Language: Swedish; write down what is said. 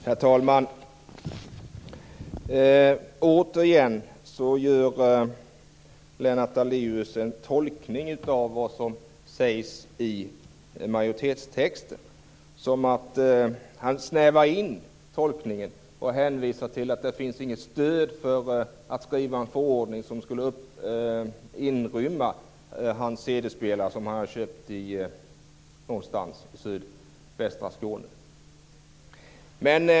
Herr talman! Återigen gör Lennart Daléus en tolkning av vad som sägs i majoritetstexten. Han snävar in tolkningen och hänvisar till att det inte finns något stöd för att skriva en förordning som skulle inrymma hans CD-spelare, som han har köpt någonstans i sydvästra Skåne.